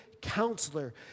counselor